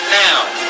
now